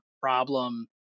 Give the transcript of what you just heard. problem